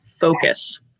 focus